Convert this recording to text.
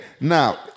Now